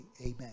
amen